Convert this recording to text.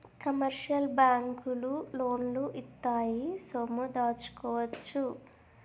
commercial బ్యాంకులు లోన్లు ఇత్తాయి సొమ్ము దాచుకోవచ్చు